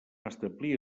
establir